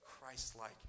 Christ-like